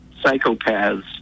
psychopaths